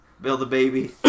Build-A-Baby